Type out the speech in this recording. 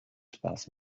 spaß